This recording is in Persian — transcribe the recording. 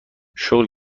شغلی